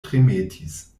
tremetis